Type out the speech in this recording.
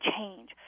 change